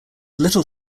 little